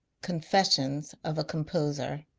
confessions of a composer